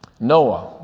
Noah